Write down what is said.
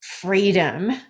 freedom